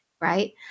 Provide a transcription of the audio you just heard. right